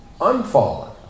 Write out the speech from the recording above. unfallen